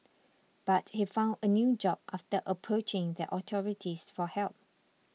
but he found a new job after approaching the authorities for help